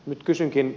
nyt kysynkin